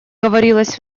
говорилось